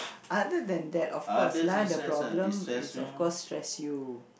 other than that of course lah the problem is of course stress you